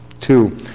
Two